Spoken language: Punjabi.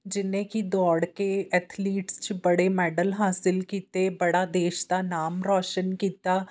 ਜਿਹਨੇ ਕਿ ਦੌੜ ਕੇ ਐਥਲੀਟਸ 'ਚ ਬੜੇ ਮੈਡਲ ਹਾਸਿਲ ਕੀਤੇ ਬੜਾ ਦੇਸ਼ ਦਾ ਨਾਮ ਰੌਸ਼ਨ ਕੀਤਾ